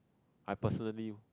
I personally